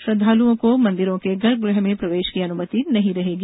श्रध्दालुओं को मंदिरों के गर्भगृह में प्रवेष की अनुमति नहीं रहेगी